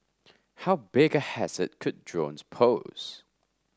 how big hazard could drones pose